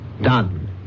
Done